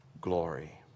glory